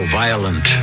violent